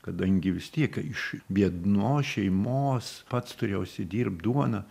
kadangi vis tiek iš biednos šeimos pats turėjo užsidirbt duoną